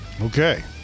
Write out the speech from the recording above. Okay